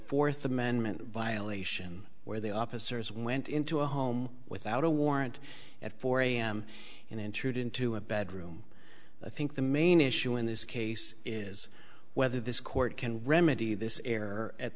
fourth amendment violation where the officers went into a home without a warrant at four am and entered into a bedroom i think the main issue in this case is whether this court can remedy this